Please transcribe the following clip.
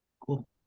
Cool